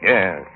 Yes